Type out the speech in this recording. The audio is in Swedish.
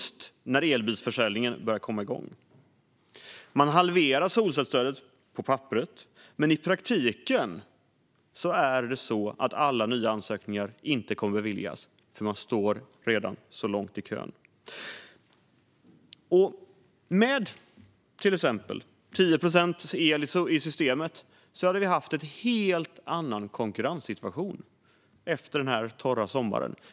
Solcellsstödet halverar man på papperet, men i praktiken kommer inga nya ansökningar att beviljas, eftersom det redan står så många i kön. Med till exempel 10 procent solel i systemet hade vi haft en helt annan konkurrenssituation efter den här torra sommaren.